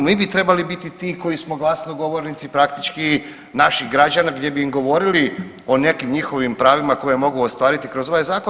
Mi bi trebali biti ti koji smo glasnogovornici praktički naših građana gdje bi im govorili o nekim njihovim pravima koje mogu ostvariti kroz ovaj zakon.